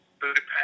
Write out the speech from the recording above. budapest